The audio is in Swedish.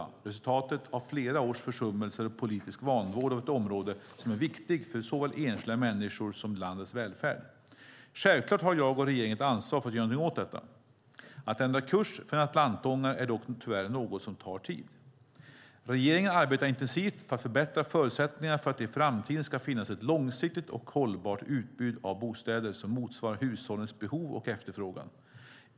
De är resultatet av flera års försummelser och politisk vanvård av ett område som är viktigt för såväl enskilda människors som landets välfärd. Självklart har jag och regeringen ett ansvar för att göra något åt detta. Att ändra kurs för en atlantångare är dock tyvärr något som tar tid. Regeringen arbetar intensivt för att förbättra förutsättningarna för att det i framtiden ska finnas ett långsiktigt och hållbart utbud av bostäder som motsvarar hushållens behov och efterfrågan.